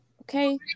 Okay